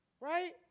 Right